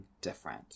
different